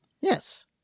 Yes